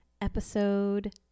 episode